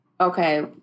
okay